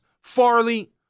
Farley